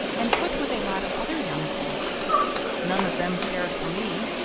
and put with a lot of other young colts none of them cared for me,